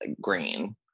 green